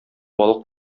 балык